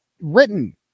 written